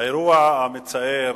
האירוע המצער